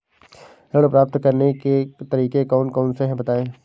ऋण प्राप्त करने के तरीके कौन कौन से हैं बताएँ?